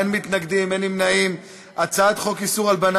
לעניין רוכש שמחליף דירות יש תקופה של שנתיים שבהן הוא זכאי לפטור ממס,